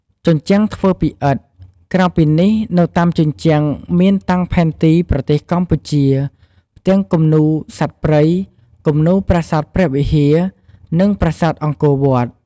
ជញ្ជាំងធ្វើពីឥដ្ឋ ក្រៅពីនេះនៅតាមជញ្ជាំងមានតាំងផែនទី ប្រទេសកម្ពុជា ផ្ទាំងគំនូរសត្វព្រៃ គំនូរប្រាសាទព្រះវិហារ និងប្រាសាទអង្គរវត្ត។